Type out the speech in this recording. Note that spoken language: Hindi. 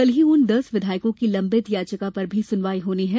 कल ही उन दस विधायकों की लम्बित याचिका पर भी सुनवाई होनी है